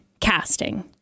casting